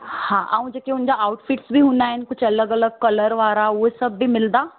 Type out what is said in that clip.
हा ऐं जेके उन जा आउटफिट्स बि हूंदा आहिनि कुझु अलॻि अलॻि कलर वारा उहे सभु बि मिलंदा